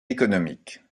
économiques